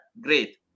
great